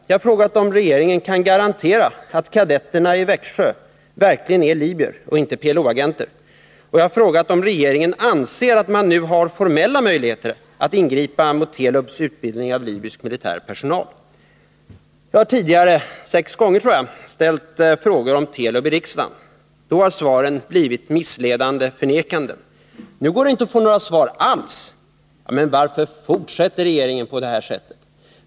Jag har frågat om regeringen kan garantera att kadetterna i Växjö verkligen är libyer och inte PLO-agenter, och jag har frågat om regeringen anser att man nu har formella möjligheter att ingripa mot Telubs utbildning av libysk militär personal. Jag har tidigare — sex gånger, tror jag — ställt frågor om Telub i riksdagen. Då har svaren blivit missledande förnekanden. Nu går det inte att få några svar alls. Men varför fortsätter regeringen på detta sätt?